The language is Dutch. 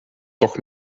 toch